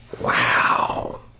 Wow